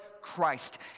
Christ